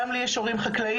גם לי יש הורים חקלאיים,